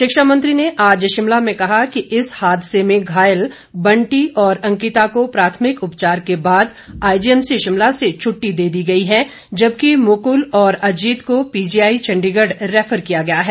शिक्षा मंत्री ने आज शिमला में कहा कि इस हादसे में घायल बंटी और अंकिता को प्राथमिक उपचार के बाद आईजीएमसी शिमला से छुट्टी दे दी गई है जबकि मुकुल और अजीत को पीजीआई चंडीगढ़ रैफर किया गया है